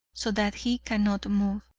so that he cannot move.